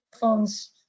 phones